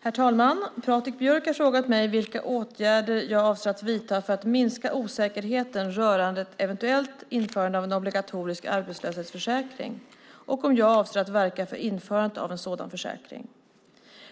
Herr talman! Patrik Björck har frågat mig vilka åtgärder jag avser att vidta för att minska osäkerheten rörande ett eventuellt införande av en obligatorisk arbetslöshetsförsäkring, och om jag avser att verka för införandet av en sådan försäkring.